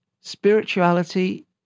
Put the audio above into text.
Spirituality